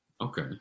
Okay